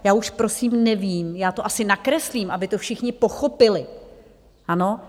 Já už prosím nevím, já to asi nakreslím, aby to všichni pochopili, ano?